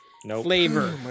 flavor